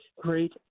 great